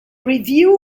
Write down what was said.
review